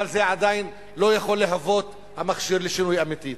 אבל זה עדיין לא יכול להיות מכשיר לשינוי אמיתי.